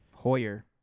Hoyer